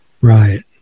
Right